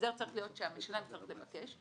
שההסדר צריך להיות שהמשלם צריך לבקש,